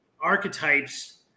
archetypes